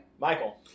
Michael